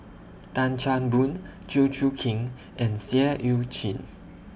Tan Chan Boon Chew Choo Keng and Seah EU Chin